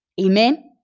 Amen